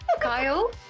Kyle